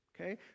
Okay